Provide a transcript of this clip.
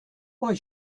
why